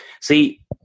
see